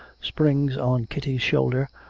springs on kitty's shoulder,